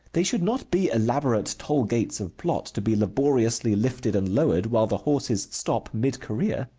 they should not be elaborate toll-gates of plot, to be laboriously lifted and lowered while the horses stop, mid-career.